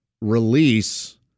release